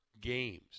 games